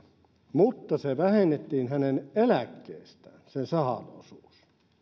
mutta se vähennettiin hänen eläkkeestään sen sahan osuus